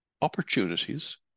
opportunities